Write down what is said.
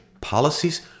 policies